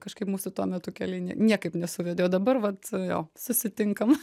kažkaip mūsų tuo metu keliai nie niekaip nesuvedė o dabar vat jo susitinkam